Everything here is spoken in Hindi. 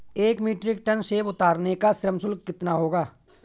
एक मीट्रिक टन सेव उतारने का श्रम शुल्क कितना होगा?